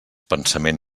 pensament